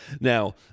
now